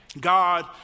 God